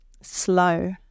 slow